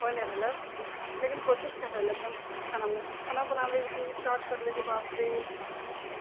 कोय नहि भेलौ लेकिन कोशिश कए रहल एकदम खाना बनाबै स्टार्ट करले बाप रे ई